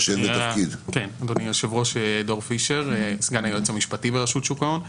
אני סגן היועץ המשפטי ברשות שוק ההון.